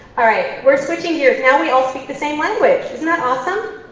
allright, we're switching gears. now we all speak the same language, isn't that awesome?